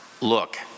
look